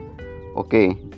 okay